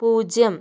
പൂജ്യം